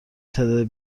تعداد